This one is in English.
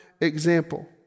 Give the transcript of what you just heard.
example